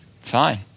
Fine